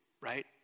right